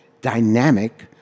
dynamic